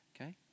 Okay